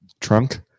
trunk